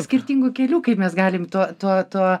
skirtingų kelių kaip mes galim tuo tuo tuo